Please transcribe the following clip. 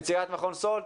נציגת מכון סאלד,